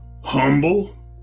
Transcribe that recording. Humble